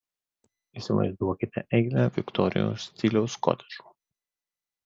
įsivaizduokite eilę viktorijos stiliaus kotedžų